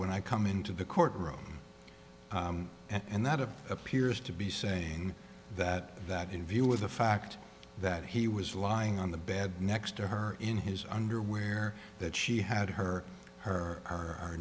when i come into the court room and that of appears to be saying that that in view of the fact that he was lying on the bed next to her in his underwear that she had her her or